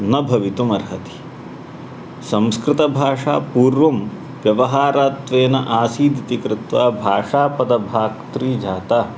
न भवितुमर्हति संस्कृतभाषा पूर्वं व्यवहारात्वेन आसीदिति कृत्वा भाषापदभाक्त्री जाता